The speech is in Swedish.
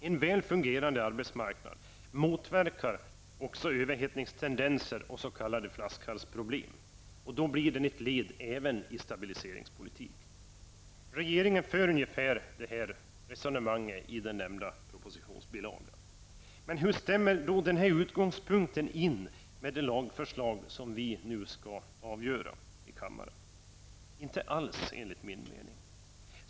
En väl fungerande arbetsmarknad motverkar också överhettningstendenser och s.k. flaskhalsproblem. Den blir då ett led även i stabiliseringspolitiken. Regeringen för ungefär dessa resonemang i nämnda propositionsbilaga. Men hur stämmer denna utgångspunkt med det i lagförslag vars öde vi nu skall avgöra här i kammaren? Inte alls, enligt min mening.